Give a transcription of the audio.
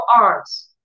arms